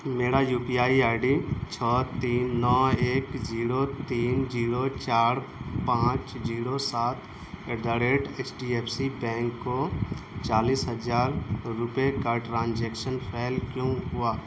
میرا U P I D چھ تین نو ایک زیڑو تین جیڑو چار پانچ جیڑو سات at the rate H D F C bank کو چالیس ہزار روپئے کا ٹرانجیکسن فیل کیوں ہوا